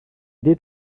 did